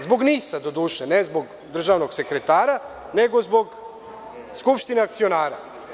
Zbog NIS-a, doduše, ne zbog državnog sekretara, nego zbog Skupštine akcionara.